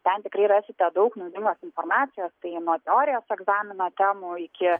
ten tikrai rasite daug naudingos informacijos tai nuo teorijos egzamino temų iki